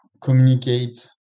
communicate